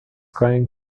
caem